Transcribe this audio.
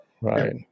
right